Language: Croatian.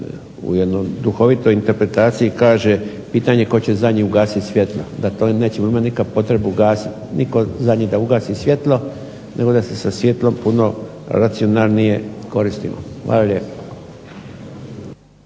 u jednoj duhovitoj interpretaciji kaže pitanje tko će zadnji ugasiti svjetlo, da to nećemo nikada imati potrebu ugasiti, nitko zadnji da ugasi svjetlo, nego da se sa svjetlom puno racionalnije koristimo. Hvala lijepo.